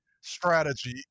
strategy